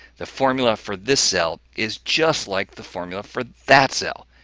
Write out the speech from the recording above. the formula for this cell is just like the formula for that cell,